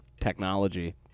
technology